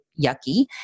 yucky